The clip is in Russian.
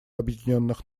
объединенных